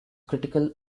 critical